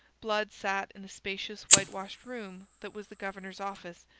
blood sat in the spacious whitewashed room that was the governor's office,